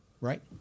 Right